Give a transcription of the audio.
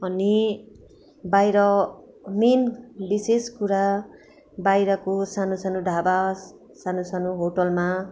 अनि बाहिर मेन विशेष कुरा बाहिरको सानो सानो ढाबा सानो सानो होटेलमा